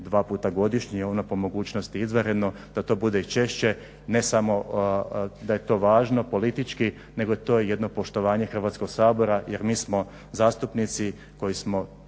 dva puta godišnje po mogućnosti izvanredno da to bude češće. Ne samo da je to važno politički nego je to jedno poštovanje Hrvatskog sabora jer mi smo zastupnici koji smo